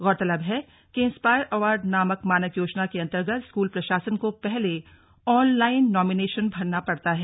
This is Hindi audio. गौरतलब है कि इंस्पायर अवार्ड मानक योजना के अंतर्गत स्कूल प्रशासन को पहले ऑनलाइन नोमिनेशन भरना पड़ता है